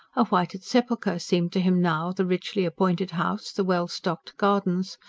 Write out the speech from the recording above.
a whited sepulchre seemed to him now the richly appointed house, the well-stocked gardens,